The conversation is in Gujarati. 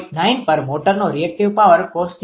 9 પર મોટરનો રીએક્ટીવ પાવર cos𝜃2૦